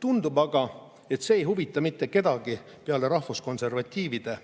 Tundub aga, et see ei huvita mitte kedagi peale rahvuskonservatiivide.